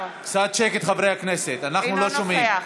קצת שקט, חברי הכנסת, אנחנו לא שומעים.